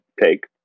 take